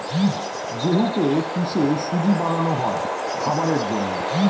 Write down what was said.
গেহুকে পিষে সুজি বানানো হয় খাবারের জন্যে